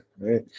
right